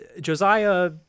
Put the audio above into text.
josiah